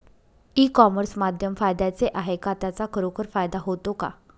E commerce माध्यम फायद्याचे आहे का? त्याचा खरोखर फायदा होतो का?